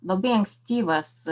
labai ankstyvas